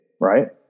Right